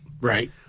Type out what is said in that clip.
Right